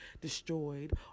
destroyed